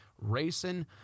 racing